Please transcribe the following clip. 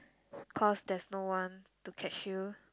cause there's no one to catch you